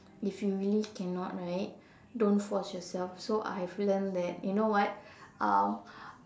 if you really cannot right don't force yourself so I've learned that you know what um